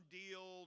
deal